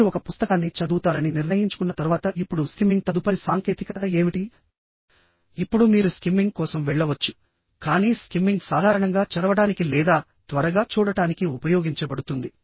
మీరు ఒక పుస్తకాన్ని చదువుతారని నిర్ణయించుకున్న తర్వాత ఇప్పుడు స్కిమ్మింగ్ తదుపరి సాంకేతికత ఏమిటి ఇప్పుడు మీరు స్కిమ్మింగ్ కోసం వెళ్ళవచ్చు కానీ స్కిమ్మింగ్ సాధారణంగా చదవడానికి లేదా త్వరగా చూడటానికి ఉపయోగించబడుతుంది